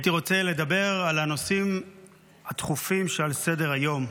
הייתי רוצה לדבר על הנושאים הדחופים שעל סדר-היום: